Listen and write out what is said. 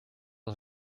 les